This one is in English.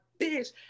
bitch